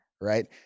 right